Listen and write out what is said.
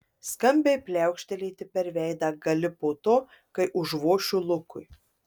skambiai pliaukštelėti per veidą gali po to kai užvošiu lukui